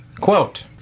quote